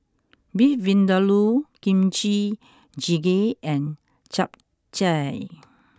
Beef Vindaloo Kimchi jjigae and Japchae